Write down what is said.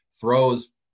throws